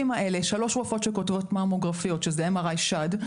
שלוש רופאות כותבות ממוגרפיות, שזה MRI שד.